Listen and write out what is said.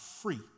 free